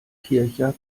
kircher